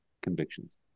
convictions